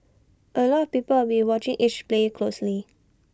A lot of people are will watching each player closely